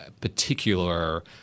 particular